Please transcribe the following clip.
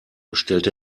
stellt